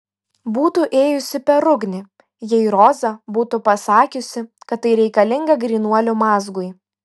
būtų ėjusi per ugnį jei roza būtų pasakiusi kad tai reikalinga grynuolių mazgui